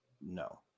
No